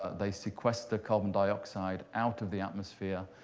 they sequester carbon dioxide out of the atmosphere.